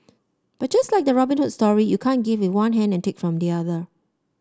but just like the Robin Hood story you can't give with one hand and take from the other